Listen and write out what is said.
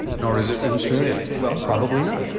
nor is it in australia. well probably not,